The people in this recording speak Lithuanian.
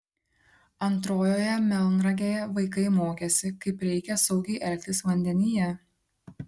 antrojoje melnragėje vaikai mokėsi kaip reikia saugiai elgtis vandenyje